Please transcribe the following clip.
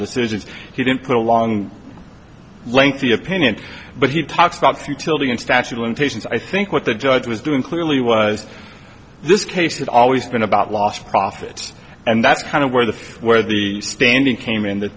decisions he didn't get along lengthy opinion but he talks about futility and statute limitations i think what the judge was doing clearly was this case had always been about lost profits and that's kind of where the where the spending came in t